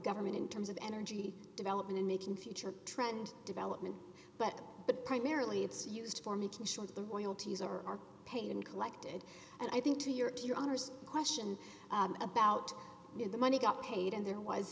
government in terms of energy development in making future trend development but but primarily it's used for making sure that the royalties are paid and collected and i think to your to your honor's question about the money got paid and there was